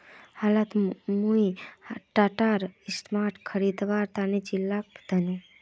हालत मुई टाटार स्टॉक खरीदवात दिलचस्प छिनु